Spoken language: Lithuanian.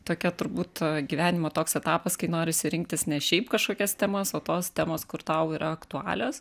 tokia turbūt gyvenimo toks etapas kai norisi rinktis ne šiaip kažkokias temas o tos temos kur tau yra aktualios